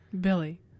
Billy